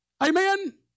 Amen